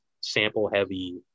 sample-heavy